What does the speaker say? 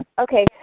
Okay